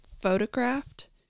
photographed